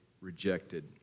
rejected